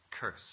curse